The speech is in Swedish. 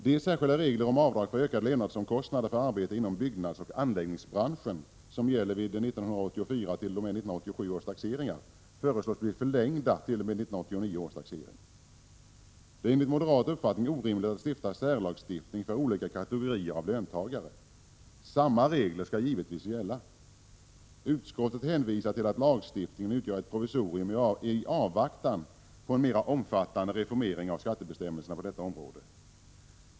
De särskilda regler om avdrag för ökade levnadsomkostnader för arbete inom byggnadsoch anläggningsbranschen, som gäller vid 1984-1987 års taxeringar föreslås bli förlängda t.o.m. 1989 års taxering. Det är enligt moderaternas uppfattning orimligt att stifta en särlagstiftning för olika kategorier av löntagare. Samma regler skall givetvis gälla för alla. Utskottet hänvisar till att lagstiftningen utgör ett provisorium i avvaktan på en mera omfattande reformering av skattebestämmelserna på detta område.